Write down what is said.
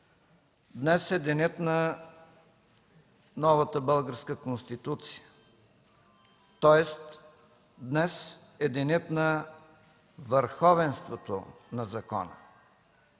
днес е денят на новата Българска конституция, тоест днес е денят на върховенството на закона.